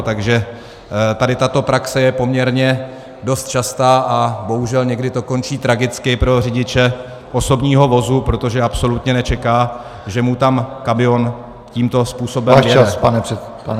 Takže tady tato praxe je poměrně dost častá a bohužel někdy to končí tragicky pro řidiče osobního vozu, protože absolutně nečeká, že mu tam kamion tímto způsobem vjede.